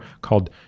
called